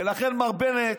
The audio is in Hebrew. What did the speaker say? ולכן, מר בנט,